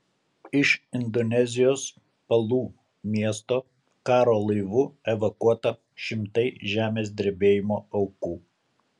iš indonezijos palu miesto karo laivu evakuota šimtai žemės drebėjimo aukų